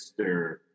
mr